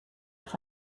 auf